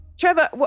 Trevor